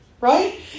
Right